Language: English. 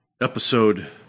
episode